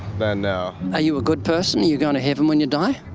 then no. are you a good person? are you going to heaven when you die?